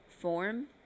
form